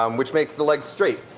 um which makes the legs straight.